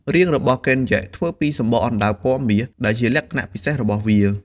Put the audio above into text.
រាងរបស់កេនយិធ្វើពីសំបកអណ្តើកពណ៌មាស ដែលជាលក្ខណៈពិសេសរបស់វា។